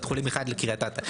בית חולים אחד לקריית אתא.